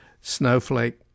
snowflake